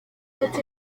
ati